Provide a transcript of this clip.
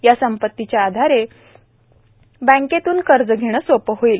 या संपत्तीच्या आधारे बँकेतून कर्ज घेणं सोपं होईल